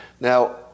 Now